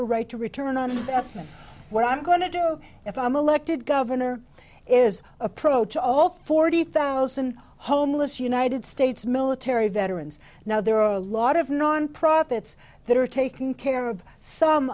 a right to return on investment what i'm going to do if i'm elected governor is approach all forty thousand homeless united states military veterans now there are a lot of non profits that are taking care of some